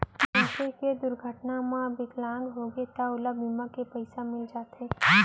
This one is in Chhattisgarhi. मनसे के दुरघटना म बिकलांग होगे त ओला बीमा के पइसा मिल जाथे